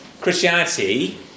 Christianity